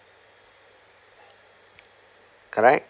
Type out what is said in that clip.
correct